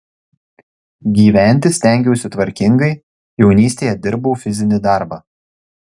gyventi stengiausi tvarkingai jaunystėje dirbau fizinį darbą